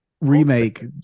remake